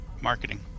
Marketing